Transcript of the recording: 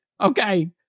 okay